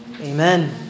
Amen